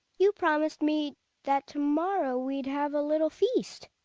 you promised me that to morrow we'd have a little feast.